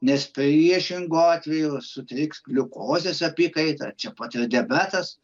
nes priešingu atveju sutriks gliukozės apykaita čia pat ir diabetas